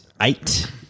eight